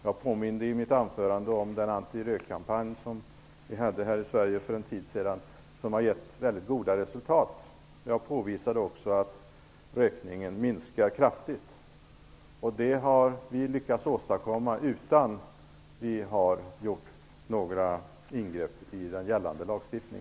Jag påminde i mitt huvudanförande om den antirökkampanj här i Sverige för en tid sedan som har gett väldigt goda resultat. Jag påvisade också att rökningen minskar kraftigt. Detta har vi lyckats åstadkomma utan att göra ingrepp i gällande lagstiftning.